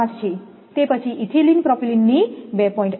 5 છે તે પછી ઇથિલિન પ્રોપિલિન ની 2